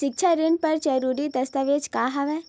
सिक्छा ऋण बर जरूरी दस्तावेज का हवय?